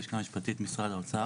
הלשכה המשפטית משרד האוצר.